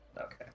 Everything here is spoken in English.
Okay